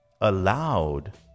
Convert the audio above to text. allowed